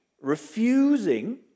refusing